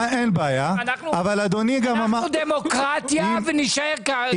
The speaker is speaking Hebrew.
אנחנו דמוקרטיה ונישאר ככה.